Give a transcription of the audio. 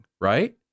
right